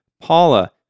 Paula